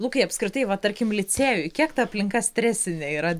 lukai apskritai va tarkim licėjuj kiek ta aplinka stresinė yra